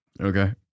Okay